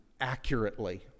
accurately